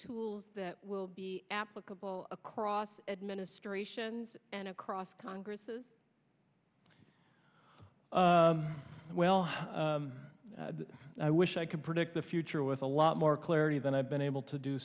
tools that will be applicable across administrations and across congresses well i wish i could predict the future with a lot more clarity than i've been able to do